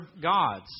gods